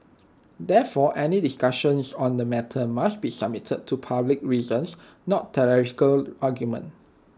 therefore any discussions on the matter must be submitted to public reasons not theological arguments